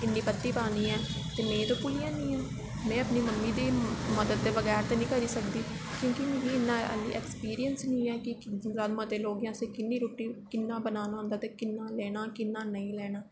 इन्नी पत्ती पानी ऐ में ते भुल्ली जन्नी हां में अपनी मम्मी दी मदद दे बगैर ते नेईं करी सकदी क्योंकि मिगी इन्ना ऐक्सपीरियंस नेईं ऐ कि मते लोगें आस्तै किन्नी रुट्टी कियां बनाना होंदा ते किन्ना लैना ते किन्ना नेईं लैना